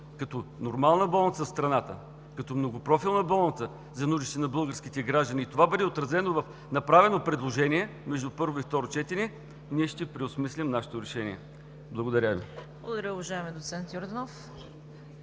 като нормална болница в страната, като многопрофилна болница за нуждите на българските граждани и това бъде отразено в направено предложение между първо и второ четене, ние ще преосмислим нашето решение. Благодаря Ви. ПРЕДСЕДАТЕЛ ЦВЕТА КАРАЯНЧЕВА: Благодаря, уважаеми доцент Йорданов.